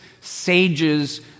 sages